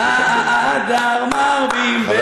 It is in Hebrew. "אדר, מרבין בשמחה".